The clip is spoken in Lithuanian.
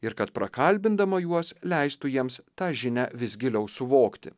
ir kad prakalbindama juos leistų jiems tą žinią vis giliau suvokti